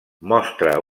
mostra